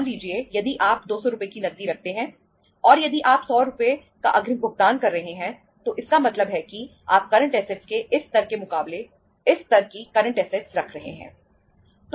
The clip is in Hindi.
मान लीजिए यदि आप 200 रुपये की नकदी रखते हैं और यदि आप 100 रुपये का अग्रिम भुगतान कर रहे हैं तो इसका मतलब है कि आप करंट ऐसेटस है